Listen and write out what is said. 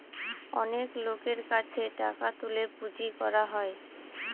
অনেক লোকের কাছে টাকা তুলে পুঁজি করা হয়